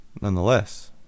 Nonetheless